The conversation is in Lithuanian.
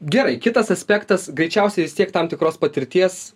gerai kitas aspektas greičiausia jis tiek tam tikros patirties